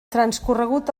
transcorregut